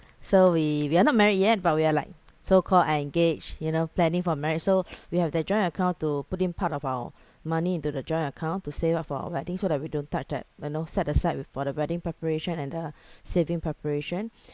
so we we are not married yet but we are like so called are engaged you know planning for marriage so we have that joint account to put in part of our money into the joint account to save up for our wedding so that we don't touch that you know set aside with for the wedding preparation and the saving preparation